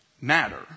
matter